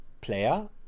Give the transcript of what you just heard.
player